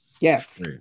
Yes